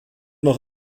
noch